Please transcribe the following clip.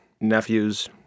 nephews